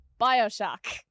Bioshock